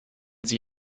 sie